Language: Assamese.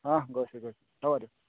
অঁ গৈছোঁ গৈছোঁ হ'ব দিয়ক